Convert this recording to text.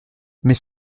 mais